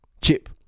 Chip